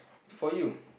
for you